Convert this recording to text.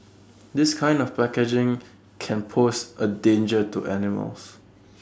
this kind of packaging can pose A danger to animals